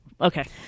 Okay